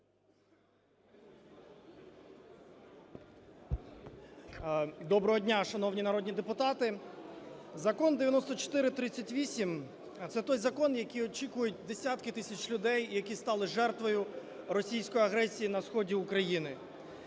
Доброго дня, шановні народні депутати. Закон 9438 – це той закон, який очікують десятки тисяч людей, які стали жертвою російської агресії на сході України.